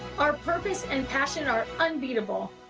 our purpose and passion are unbeatable.